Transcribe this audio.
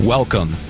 Welcome